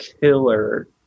killer